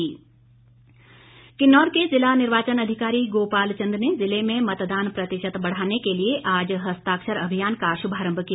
SVEEP Kinnaur के ज़िला निर्वाचन अधिकारी गोपाल चंद ने जिले में मतदान प्रतिशत बढ़ाने के लिए आज हस्ताक्षर अभियान का शुभारंभ किया